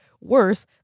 Worse